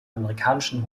amerikanischen